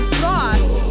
sauce